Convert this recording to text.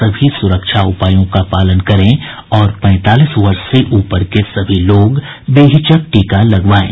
सभी सुरक्षा उपायों का पालन करें और पैंतालीस वर्ष से ऊपर के सभी लोग बेहिचक टीका लगवाएं